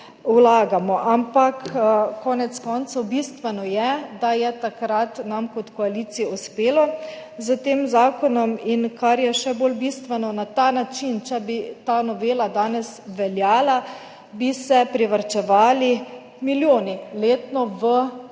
vlagamo. Ampak konec koncev je bistveno, da nam je takrat kot koaliciji uspelo s tem zakonom. In kar je še bolj bistveno, na ta način, če bi ta novela danes veljala, bi se privarčevali milijoni letno v